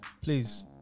Please